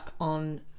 on